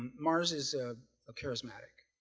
mars is a charismatic